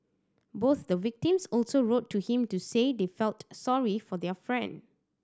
both the victims also wrote to him to say they felt sorry for their friend